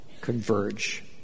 converge